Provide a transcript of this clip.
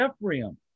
ephraim